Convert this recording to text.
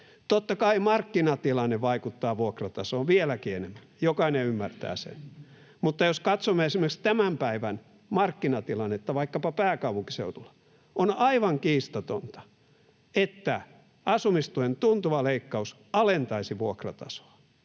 Totta kai markkinatilanne vaikuttaa vuokratasoon vieläkin enemmän, jokainen ymmärtää sen, mutta jos katsomme esimerkiksi tämän päivän markkinatilannetta vaikkapa pääkaupunkiseudulla, on aivan kiistatonta, että asumistuen tuntuva leikkaus alentaisi vuokratasoa,